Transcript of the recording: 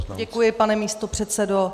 Děkuji, pane místopředsedo.